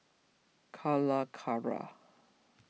Calacara